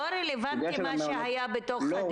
לא רלבנטי מה שהיה בדיונים?